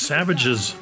Savages